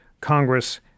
Congress